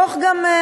תוך גם,